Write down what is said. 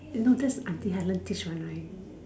you no that's haven't teach one right